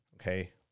okay